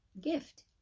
gift